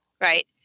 right